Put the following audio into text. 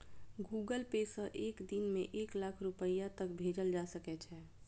Google Pay सं एक दिन मे एक लाख रुपैया तक भेजल जा सकै छै